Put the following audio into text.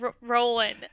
rolling